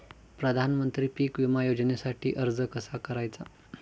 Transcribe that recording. प्रधानमंत्री पीक विमा योजनेसाठी अर्ज कसा करायचा?